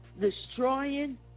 destroying